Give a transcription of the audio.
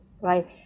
right